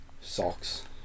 socks